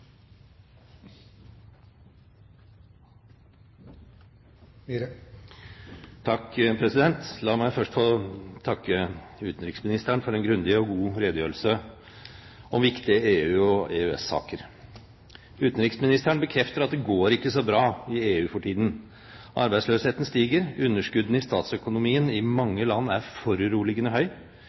La meg først få takke utenriksministeren for en grundig og god redegjørelse om viktige EU- og EØS-saker. Utenriksministeren bekrefter at det ikke går så bra i EU for tiden. Arbeidsløsheten stiger, og underskuddene i statsøkonomien i mange land er foruroligende høy.